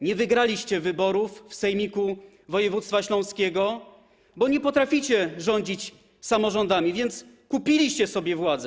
Nie wygraliście wyborów w Sejmiku Województwa Śląskiego, bo nie potraficie rządzić samorządami, więc kupiliście sobie władzę.